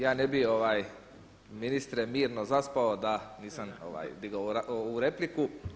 Ja ne bih, ministre, mirno zaspao da nisam digao ovu repliku.